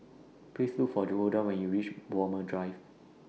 Please Look For Golda when YOU REACH Walmer Drive